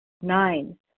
Nine